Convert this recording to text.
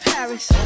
Paris